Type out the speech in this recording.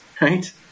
right